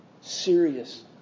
serious